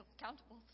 accountable